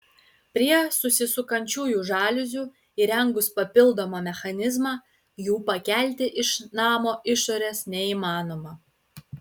prie susisukančiųjų žaliuzių įrengus papildomą mechanizmą jų pakelti iš namo išorės neįmanoma